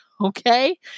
Okay